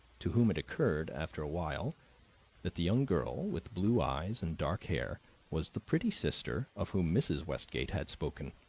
to whom it occurred after a while that the young girl with blue eyes and dark hair was the pretty sister of whom mrs. westgate had spoken.